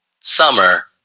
summer